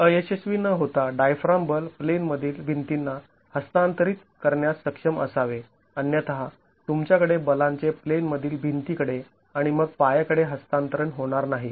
ते अयशस्वी न होता डायफ्राम बल प्लेनमधील भिंतींना हस्तांतरित करण्यास सक्षम असावे अन्यथा तुमच्याकडे बलांचे प्लेनमधील भिंतीकडे आणि मग पायाकडे हस्तांतरण होणार नाही